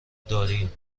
داریم